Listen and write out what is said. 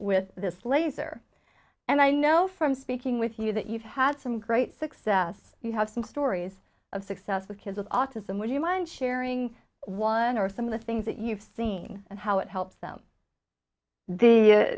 with this laser and i know from speaking with you that you've had some great success you have some stories of success with kids with autism would you mind sharing one or some of the things that you've seen and how it helps them the